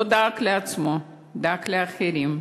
לא דאג לעצמו, דאג לאחרים.